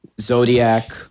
Zodiac